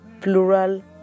plural